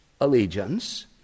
allegiance—